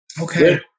Okay